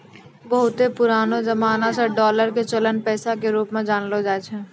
बहुते पुरानो जमाना से डालर के चलन पैसा के रुप मे जानलो जाय छै